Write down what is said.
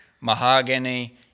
mahogany